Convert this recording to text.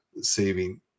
saving